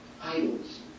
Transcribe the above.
Idols